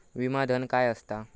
विमा धन काय असता?